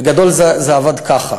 בגדול, זה עבד ככה: